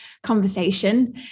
conversation